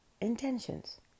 intentions